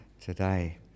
today